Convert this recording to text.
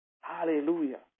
Hallelujah